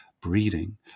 breeding